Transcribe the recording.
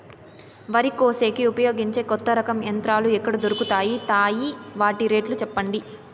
వరి కోసేకి ఉపయోగించే కొత్త రకం యంత్రాలు ఎక్కడ దొరుకుతాయి తాయి? వాటి రేట్లు చెప్పండి?